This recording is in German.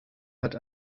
hat